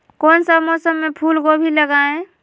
कौन सा मौसम में फूलगोभी लगाए?